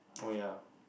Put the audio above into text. oh yeah